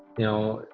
know,